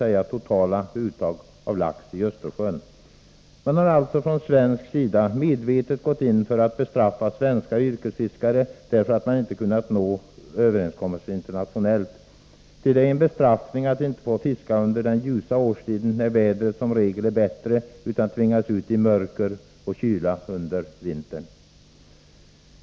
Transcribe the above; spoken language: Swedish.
Här har man alltså från svensk sida medvetet gått in för att bestraffa svenska yrkesfiskare, därför att man inte har kunnat uppnå en överenskommelse internationellt. Ty det är en bestraffning att inte få fiska under den ljusa årstiden, när vädret som regel är bättre, utan tvingas ut i mörker och kyla under vintern.